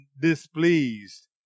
displeased